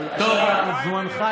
אבל זמנך,